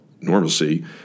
normalcy